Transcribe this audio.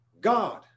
God